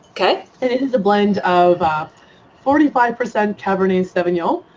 kind of and it is a blend of forty five percent cabernet sauvignon,